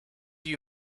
you